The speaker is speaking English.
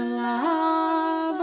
love